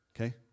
okay